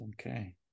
okay